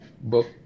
book